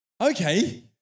Okay